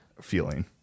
feeling